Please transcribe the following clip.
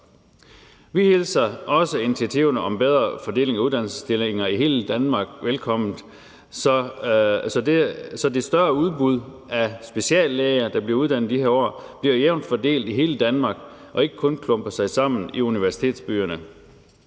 Vi hilser også initiativerne om bedre fordeling af uddannelsesstillinger i hele Danmark velkommen, så det større udbud af speciallæger, der bliver uddannet i de her år, bliver jævnt fordelt i hele Danmark og ikke kun klumper sig sammen i universitetsbyerne.